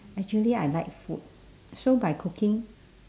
actually I like food so by cooking